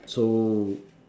so